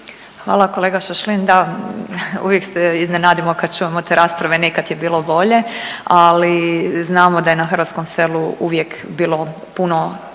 Hvala kolega Šašlin. Da, uvijek se iznenadimo kad čujemo te rasprave, nekad je bilo bolje, ali znamo da je na hrvatskom selu uvijek bilo puno,